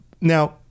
Now